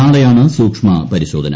നാളെയാണ് സൂക്ഷ്മപരിശോധന